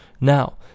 Now